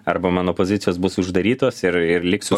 arba mano pozicijos bus uždarytos ir ir liksiu